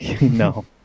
No